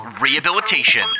Rehabilitation